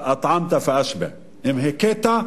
אַטְעַמְתַ פַאַשְבִּעְ; אם הכית,